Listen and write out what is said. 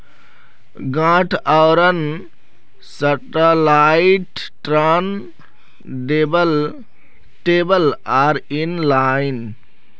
गांठ आवरण satellite turn table are in line